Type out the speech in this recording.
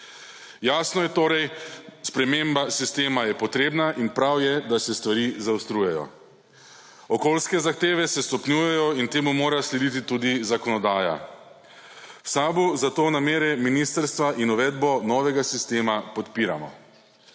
Jasno je torej, sprememba sistema je potrebna in prav je, da se stvari zaostrujejo. Okoljske zahteve se stopnjujejo in temu mora slediti tudi zakonodaja. V SAB zato namere ministrstva in uvedbo novega sistema podpiramo.